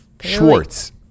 Schwartz